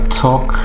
talk